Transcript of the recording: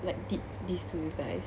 like did these to you guys